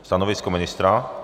Stanovisko ministra?